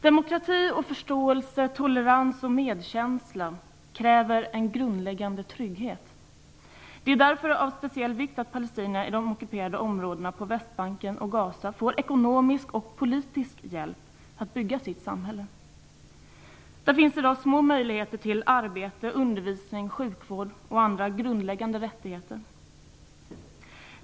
Demokrati och förståelse, tolerans och medkänsla kräver en grundläggande trygghet. Det är därför av speciell vikt att palestinierna i de ockuperade områdena på Västbanken och i Gaza får ekonomisk och politisk hjälp att bygga sitt samhälle. Där finns i dag små möjligheter till arbete, undervisning, sjukvård och andra grundläggande rättigheter.